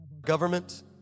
government